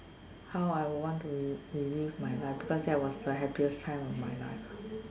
how I would want to relive my life because that was the happiest time of my life